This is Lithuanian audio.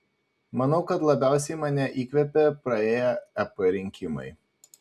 manau kad labiausiai mane įkvėpė praėję ep rinkimai